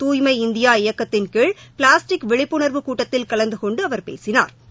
தூய்மை இந்தியா இயக்கத்தின் கீழ் பிளாஸ்டிக் விழிப்புணர்வு கூட்டத்தில் கலந்து கொண்டு அவர் பேசினா்